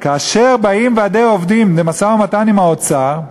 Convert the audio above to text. כאשר באים ועדי עובדים למשא-ומתן עם האוצר,